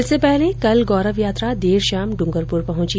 इससे पहले कल गौरव यात्रा देर शाम डुंगरपुर पंहची